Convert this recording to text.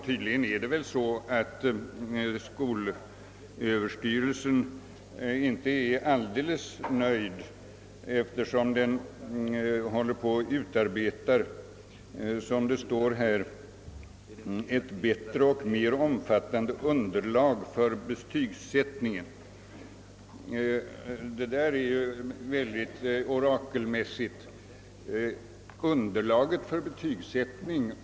Tydligen är inte heller skolöverstyrelsen alldeles nöjd, eftersom den håller på att utarbeta — som ecklesiastikministern säger — ett »bättre och mer omfattande underlag för betygsättningen». Detta är ett högst orakelmässigt uttalande.